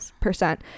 percent